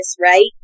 right